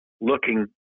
looking